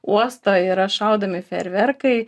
uosto yra šaudomi fejerverkai